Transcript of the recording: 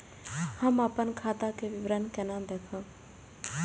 हम अपन खाता के विवरण केना देखब?